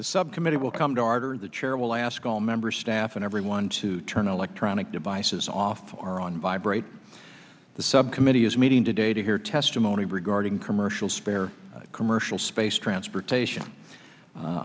the subcommittee will come darter the chair will ask all member staff and everyone to turn electronic devices off or on vibrate the subcommittee is meeting today to hear testimony regarding commercial spare commercial space transportation